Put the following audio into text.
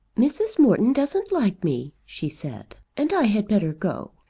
mrs. morton doesn't like me, she said, and i had better go.